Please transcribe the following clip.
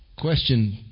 Question